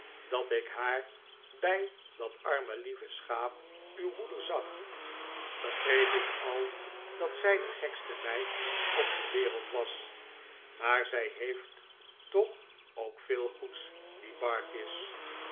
dat ik haar bij dat arm e lieve schaap uw moeder zag begreep ik al dat zij de gqkste meid op de wereld was maar zij heeft toch ook veel goeds r die barkis